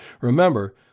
Remember